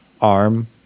arm